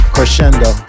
Crescendo